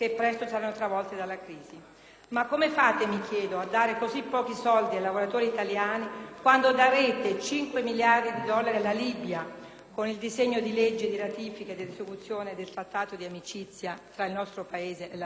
Come fate, mi chiedo, a dare così pochi soldi ai lavoratori italiani, quando darete 5 miliardi di dollari alla Libia, con il disegno di legge di ratifica ed esecuzione del Trattato di amicizia tra il nostro Paese e la Libia?